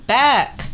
back